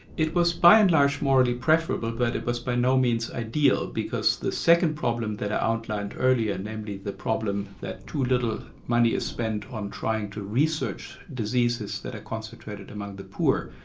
it was by and large morally preferable but it was by no means ideal, because the second problem that i outlined earlier, namely the problem that too little money is spent on trying to research diseases that are concentrated among the poor,